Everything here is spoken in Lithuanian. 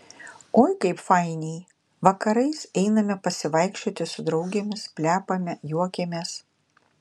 oi kaip fainiai vakarais einame pasivaikščioti su draugėmis plepame juokiamės